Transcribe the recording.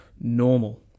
normal